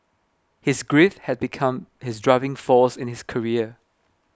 his grief had become his driving force in his career